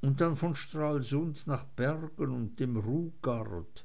und dann von stralsund nach bergen und dem rugard